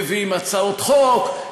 מביאים הצעות חוק,